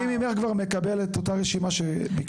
אני ממך כבר מקבל את אותה רשימה שביקשתי.